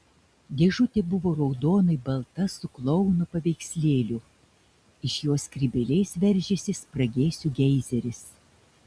dėžutė buvo raudonai balta su klouno paveikslėliu iš jo skrybėlės veržėsi spragėsių geizeris